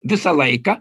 visą laiką